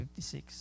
56